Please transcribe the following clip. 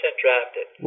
drafted